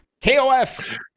KOF